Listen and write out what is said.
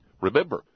Remember